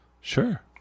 Sure